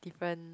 different